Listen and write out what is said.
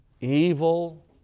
evil